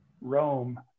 Rome